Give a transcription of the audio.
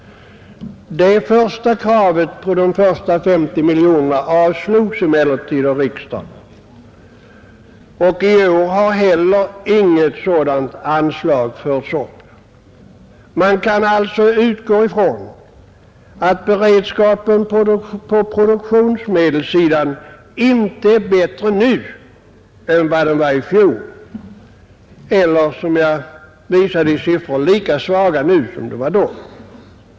Det första kravet på de första 50 miljorna avslogs emellertid av riksdagen, och i år har icke heller något sådant anslag förts upp. Man kan alltså utgå ifrån att beredskapen på produktionsmedelssidan inte är bättre nu än den var i fjol — eller som jag visade i siffror lika svag nu som den var då.